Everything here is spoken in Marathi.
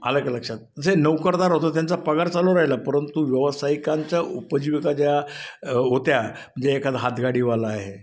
आलं का लक्षात जे नोकरदार होतं त्यांचा पगार चालू राहिला परंतु व्यावसायिकांच्या उपजीविका ज्या होत्या म्हणजे एखादा हातगाडीवाला आहे